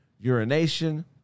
Urination